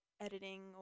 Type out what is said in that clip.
editing